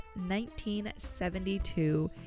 1972